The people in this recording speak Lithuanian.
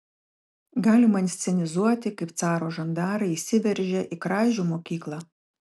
galima inscenizuoti kaip caro žandarai įsiveržia į kražių mokyklą